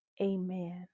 Amen